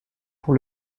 pour